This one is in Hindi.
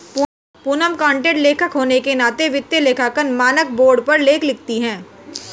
पूनम कंटेंट लेखक होने के नाते वित्तीय लेखांकन मानक बोर्ड पर लेख लिखती है